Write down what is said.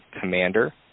commander